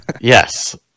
Yes